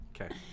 Okay